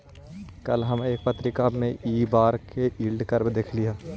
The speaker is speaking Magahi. कल हम एक पत्रिका में इ बार के यील्ड कर्व देखली हल